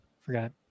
forgot